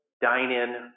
dine-in